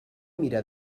mira